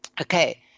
Okay